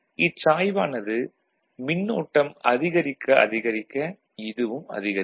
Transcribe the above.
இச்சாய்வானது மின்னோட்டம் அதிகரிக்க அதிகரிக்க இதுவும் அதிகரிக்கும்